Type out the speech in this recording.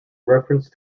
reference